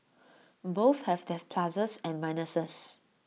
both have their pluses and minuses